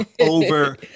over